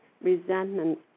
resentment